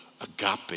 agape